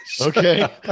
okay